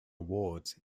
awards